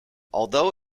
although